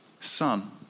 Son